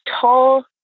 tall